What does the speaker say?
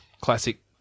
classic